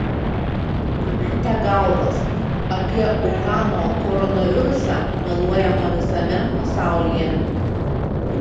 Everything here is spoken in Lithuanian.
pametę galvas apie uhano koronavirusą meluojama visame pasaulyje